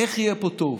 איך יהיה פה טוב.